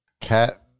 Cat